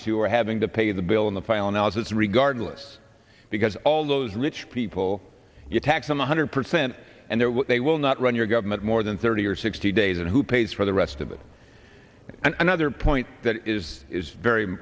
are having to pay the bill in the final analysis regardless because all those rich people get taxed on one hundred percent and there they will not run your government more than thirty or sixty days and who pays for the rest of it and another point that is is very